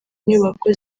inyubako